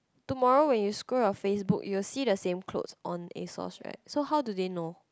tomorrow when you scroll your Facebook you will see the same clothes on Asos right so how do they know